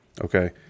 okay